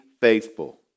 faithful